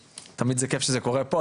תמיד זה כיף שזה קורה פה,